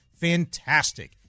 Fantastic